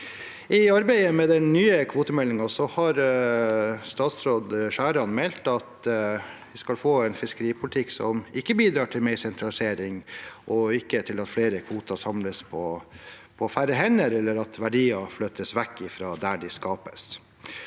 I arbeidet med den nye kvotemeldingen har statsråd Skjæran meldt at vi skal få en fiskeripolitikk som ikke bidrar til mer sentralisering, og ikke at flere kvoter samles på færre hender, eller at verdier flyttes vekk fra der de skapes.